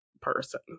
person